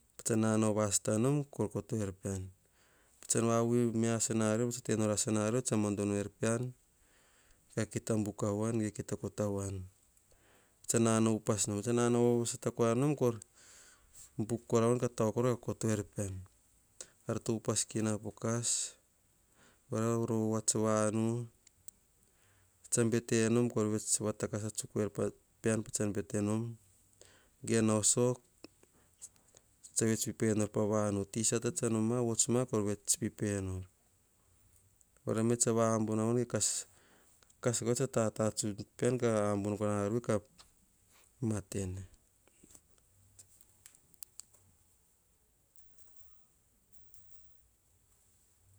Patsan nanao vasata nom oria tsa kotoer pean. Patsan vavui ve asinarion. Patsor tenor asinarior tsa vadono er pean. Kita buk avoan ka kita kota avoan. Patsan nanao upas nom tsa kita kotoavoan. Pean tsa nanao vavasat nom. Kor buk kopa voan ka tago kora voan kake to er pean ar to te upas na po kas. Oria voro vovoats vanu tsa betenom kor vets vatakasa tsuk er pean ge nao sok. Tsa vets pip enor pavanu ti sata tsa vots kor vets pip enor oria me tsava abono avoan kas pa tsa ta tatsun pean. Ka abono ar vui kamatene